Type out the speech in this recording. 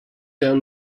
down